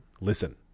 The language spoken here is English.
listen